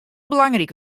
belangryk